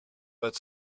but